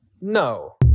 no